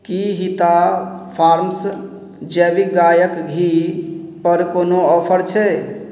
कि हिता फार्म्स जैविक गाइके घीपर कोनो ऑफर छै